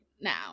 now